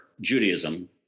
Judaism